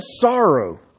sorrow